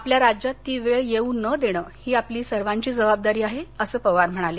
आपल्या राज्यात ती वेळ येऊ न देणं ही आपली सर्वांची जबाबदारी आहे अस पवार म्हणाले